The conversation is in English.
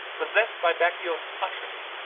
possessed by bacchios utterly,